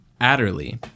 Adderley